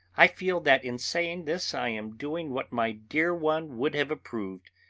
i feel that in saying this i am doing what my dear one would have approved.